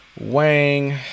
Wang